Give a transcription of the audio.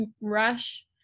Rush